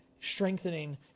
strengthening